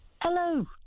Hello